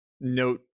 note